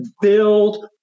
build